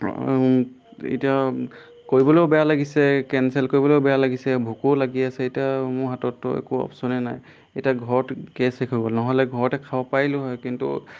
এতিয়া কৰিবলৈও বেয়া লাগিছে কেনচেল কৰিবলৈও বেয়া লাগিছে ভোকো লাগি আছে এতিয়া মোৰ হাততটো একো অপচনে নাই এতিয়া ঘৰত গেছ শেষ হৈ গ'ল নহ'লে ঘৰতে খাব পাৰিলোঁ হয় কিন্তু